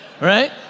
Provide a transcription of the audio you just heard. right